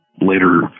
later